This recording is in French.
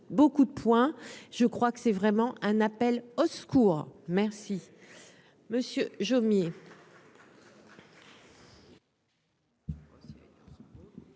beaucoup de points, je crois que c'est vraiment un appel au secours, merci